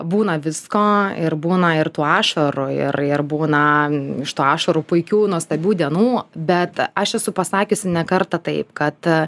būna visko ir būna ir tų ašarų ir ir būna iš tų ašarų puikių nuostabių dienų bet aš esu pasakiusi ne kartą taip kad